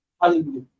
Hallelujah